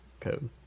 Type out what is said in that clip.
code